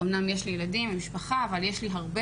אמנם יש לי ילדים ומשפחה אבל יש לי הרבה